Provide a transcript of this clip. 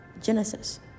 Genesis